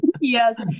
Yes